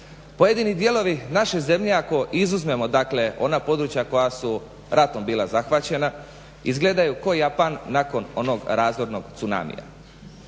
Pojedini dijelovi naše zemlje ako izuzmemo, dakle ona područja koja su ratom bila zahvaćena izgledaju ko Japan nakon onog razornog tsunamia.